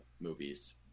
movies